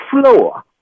floor